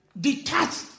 detached